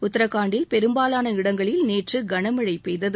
உத்ராகண்டில் பெரும்பாலான இடங்களில் நேற்று கனமழை பெய்தது